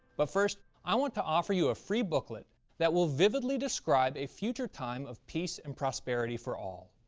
but first, i want to offer you a free booklet that will vividly describe a future time of peace and prosperity for all.